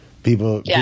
People